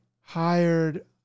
hired